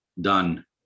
Done